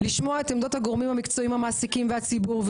לשמוע את עמדות הגורמים המקצועיים המעסיקים והציבור,